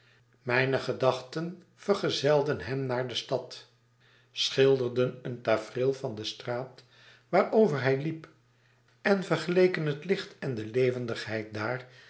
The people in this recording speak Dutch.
mijne gedachten vergezelden hem naar de stad schilderden een tafereel van de straat waarover hij liep en vergeleken het licht en de levendigheid daar